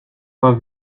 pas